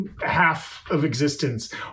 half-of-existence